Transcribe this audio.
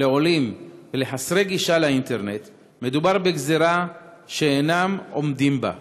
לעולים ולחסרי גישה לאינטרנט מדובר בגזרה שהם אינם עומדים בה.